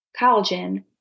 collagen